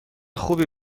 خوبی